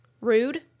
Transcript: Rude